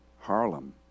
Harlem